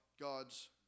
God's